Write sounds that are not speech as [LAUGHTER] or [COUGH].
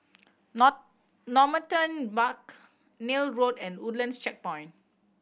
[UNINTELLIGIBLE] Normanton Park Neil Road and Woodlands Checkpoint